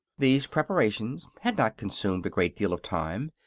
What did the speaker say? these preparations had not consumed a great deal of time,